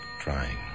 trying